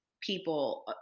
people